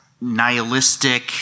nihilistic